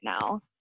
now